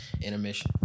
Intermission